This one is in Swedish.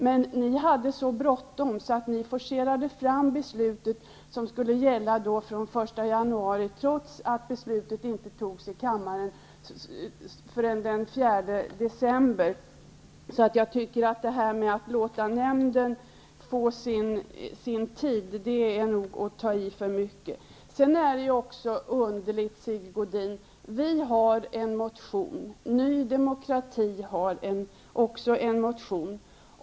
Men ni hade så bråttom att ni forcerade fram beslutet att gälla från den 1 januari, trots att beslutet inte fattades i kammaren förrän den 4 december. Att säga att nämnden skall få sin tid, det är nog att ta i för mycket. Vi har väckt en motion. Ny demokrati har också väckt en motion.